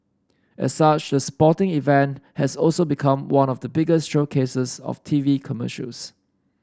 as such the sporting event has also become one of the biggest showcases of T V commercials